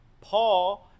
Paul